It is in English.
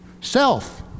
Self